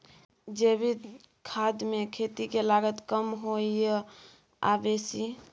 जैविक खाद मे खेती के लागत कम होय ये आ बेसी?